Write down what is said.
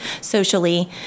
socially